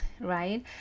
right